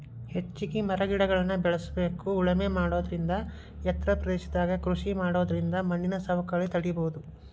ಹೆಚ್ಚಿಗಿ ಮರಗಿಡಗಳ್ನ ಬೇಳಸ್ಬೇಕು ಉಳಮೆ ಮಾಡೋದರಿಂದ ಎತ್ತರ ಪ್ರದೇಶದಾಗ ಕೃಷಿ ಮಾಡೋದರಿಂದ ಮಣ್ಣಿನ ಸವಕಳಿನ ತಡೇಬೋದು